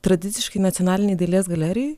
tradiciškai nacionalinėj dailės galerijoj